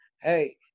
hey